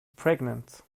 pregnant